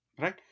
right